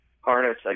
harness